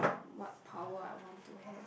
what power I want to have